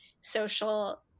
social